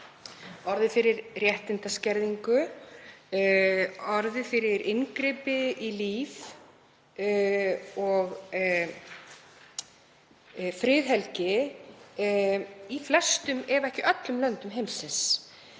orðið fyrir réttindaskerðingu og orðið fyrir inngripi í líf og friðhelgi í flestum ef ekki öllum löndum heims.